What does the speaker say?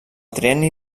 trienni